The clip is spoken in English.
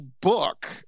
book